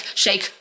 shake